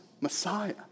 Messiah